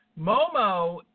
Momo